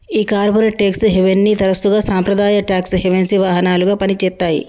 ఈ corporate tax హేవెన్ని తరసుగా సాంప్రదాయ టాక్స్ హెవెన్సి వాహనాలుగా పని చేత్తాయి